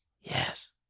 Yes